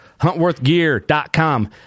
huntworthgear.com